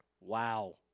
Wow